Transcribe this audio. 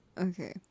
okay